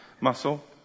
muscle